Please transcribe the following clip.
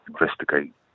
investigate